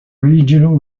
regional